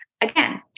Again